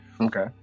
Okay